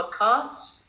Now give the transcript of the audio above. podcast